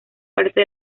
parte